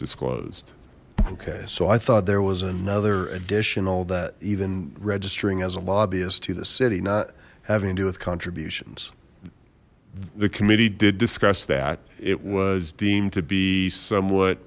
disclosed okay so i thought there was another additional that even registering as a lobbyist to the city not having to do with contributions the committee did discuss that it was deemed to be somewhat